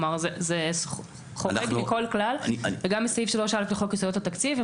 זה חורג מכל כלל וגם מסעיף 3(א) לחוק יסודות התקציב,